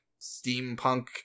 steampunk